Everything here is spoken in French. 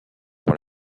pour